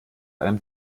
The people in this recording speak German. einem